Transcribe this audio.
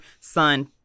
son